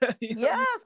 yes